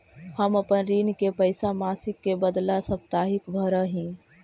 हम अपन ऋण के पैसा मासिक के बदला साप्ताहिक भरअ ही